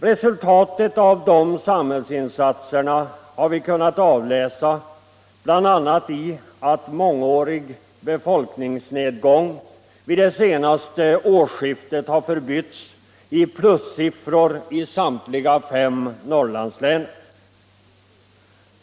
Resultatet av de samhällsinsatserna har vi kunnat avläsa bl.a. i att mångårig befolkningsnedgång vid det senaste årsskiftet har förbytts i plussiffror i samtliga fem Norrlandslän.